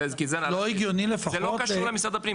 זה לא קשור למשרד הפנים.